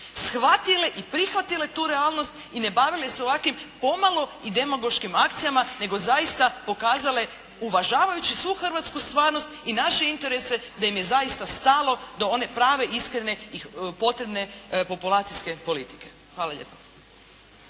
shvatile i prihvatile tu realnost i ne bavile se ovakvim, pomalo i demagoškim akcijama, nego zaista pokazale, uvažavajući svu hrvatsku stvarnost i naše interese da im je zaista stalo do one prave, iskrene i potrebne populacijske politike. Hvala lijepa.